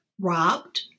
robbed